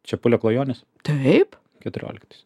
čepulio klajonės taip keturioliktais